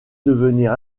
devenir